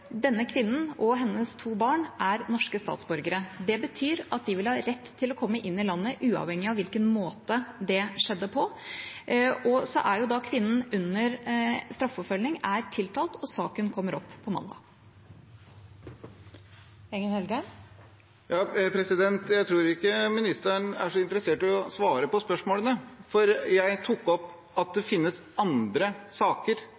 Denne kvinnen og hennes to barn er norske statsborgere. Det betyr at de vil ha rett til å komme inn i landet – uavhengig av hvilken måte det skjedde på. Kvinnen er under straffeforfølging, er tiltalt, og saken kommer opp på mandag. Det blir oppfølgingsspørsmål – først Jon Engen-Helgheim. Jeg tror ikke ministeren er så interessert i å svare på spørsmålene, for jeg tok opp at det finnes andre saker,